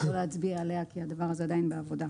שלא להצביע עליה כי הדבר הזה עדיין בעבודה.